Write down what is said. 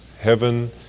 Heaven